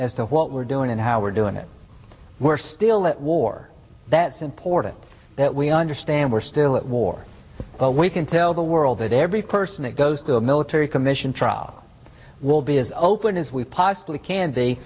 as to what we're doing and how we're doing it we're still at war that's important that we understand we're still at war but we can tell the world that every person that goes to a military commission trial will be as open as we possibly can be